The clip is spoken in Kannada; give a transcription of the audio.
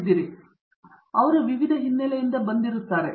ಆದ್ದರಿಂದ ಅವರು ವಿವಿಧ ಹಿನ್ನೆಲೆಯಿಂದ ಬಂದಿರುವ ವಿವಿಧ ರೀತಿಯ ತರಬೇತಿಯಿಂದ ಬರುತ್ತಾರೆ